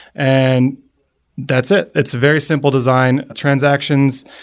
and that's it. it's a very simple design transactions,